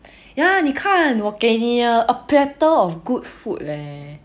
ya 你看我给你了 a platter of good food leh